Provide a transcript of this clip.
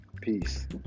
peace